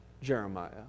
Jeremiah